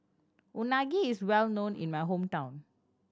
unagi is well known in my hometown